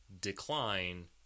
decline